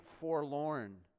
forlorn